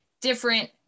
different